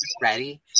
ready